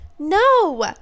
No